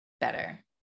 better